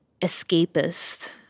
escapist